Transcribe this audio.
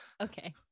Okay